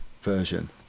version